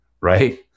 right